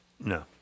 No